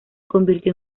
convirtió